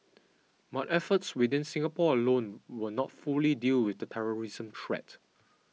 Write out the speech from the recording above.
but efforts within Singapore alone will not fully deal with the terrorism threat